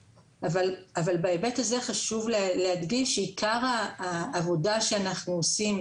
בהיבט הזה חשוב להדגיש שעיקר העבודה שאנחנו עושים,